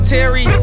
Terry